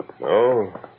No